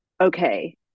okay